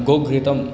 गोघृतं